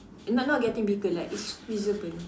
not not getting bigger like it's squeezable